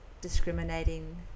discriminating